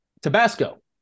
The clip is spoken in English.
Tabasco